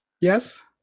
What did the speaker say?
Yes